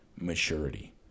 maturity